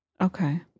Okay